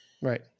right